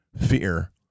fear